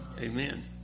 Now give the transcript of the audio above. amen